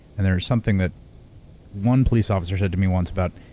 and there's something that one police officer said to me once about,